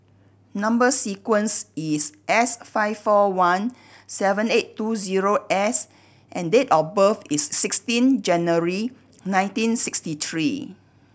number sequence is S five four one seven eight two zero S and date of birth is sixteen January nineteen sixty three